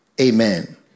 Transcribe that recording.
amen